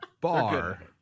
bar